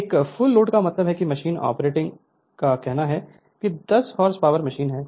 एक full load का मतलब है कि मशीन ऑपरेटिंग का कहना है कि 10 hp मशीन है